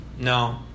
no